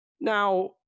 Now